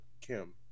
Kim